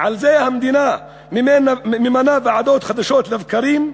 על זה המדינה ממנה ועדות חדשות לבקרים?